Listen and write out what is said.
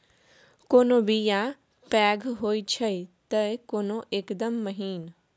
कोनो बीया पैघ होई छै तए कोनो एकदम महीन